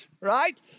right